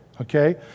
okay